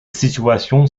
situation